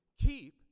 Keep